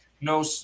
No